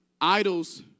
Idols